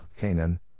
Canaan